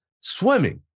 swimming